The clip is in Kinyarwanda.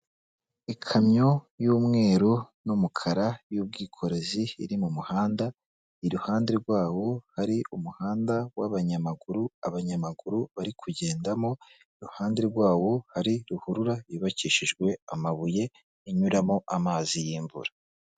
Ikamyo y'umweru n'umukara y'ubwikorezi iri mu muhanda iruhande rwawo hari umuhanda w'abanyamaguru abanyamaguru bari kugendamo iruhande rwawo hari ruhurura yubakishijwe amabuye inyuramo amazi y'imvura.